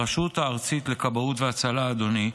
הרשות הארצית לכבאות והצלה, אדוני,